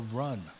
run